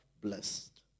blessed